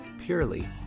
purely